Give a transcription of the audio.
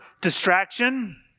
distraction